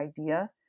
idea